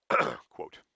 Quote